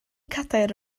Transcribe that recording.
cadair